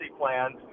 plans